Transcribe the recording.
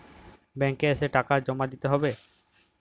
Bank এ এসে টাকা জমা দিতে হবে?